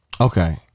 Okay